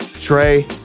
Trey